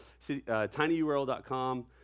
tinyurl.com